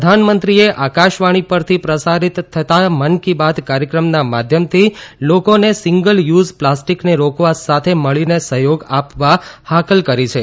પ્રધાનમંત્રીએ આકાશવાણી પરથી પ્રસારિત થવા મન કી બાત કાર્યક્રમના માધ્યમથી લોકોને સિંગલ યુઝ પ્લાસ્ટીકને રોકવા સાથે મળીને સહયોગ આપવા હાકલ કરી છે